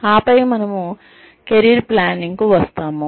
ఆపై మనము career planning కు వస్తాము